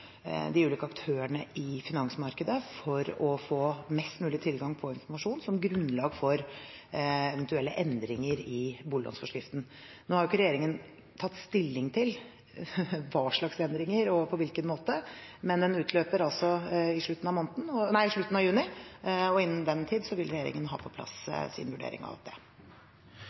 de ulike aktørene i finansmarkedet for å få mest mulig tilgang på informasjon som grunnlag for eventuelle endringer i boliglånsforskriften. Nå har jo ikke regjeringen tatt stilling til hva slags endringer og på hvilken måte, men den utløper altså i slutten av juni, og innen den tid vil regjeringen ha på plass sin vurdering av det.